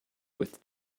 with